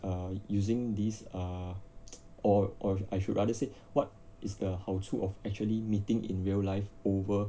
err using these ah or or I should rather say what is the 好处 of actually meeting in real life over